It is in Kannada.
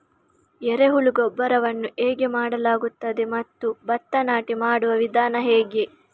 ಎರೆಹುಳು ಗೊಬ್ಬರವನ್ನು ಹೇಗೆ ಮಾಡಲಾಗುತ್ತದೆ ಮತ್ತು ಭತ್ತ ನಾಟಿ ಮಾಡುವ ವಿಧಾನ ಹೇಗೆ?